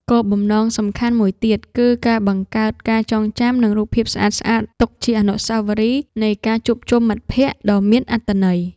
គោលបំណងសំខាន់មួយទៀតគឺការបង្កើតការចងចាំ និងរូបភាពស្អាតៗទុកជាអនុស្សាវរីយ៍នៃការជួបជុំមិត្តភក្តិដ៏មានអត្ថន័យ។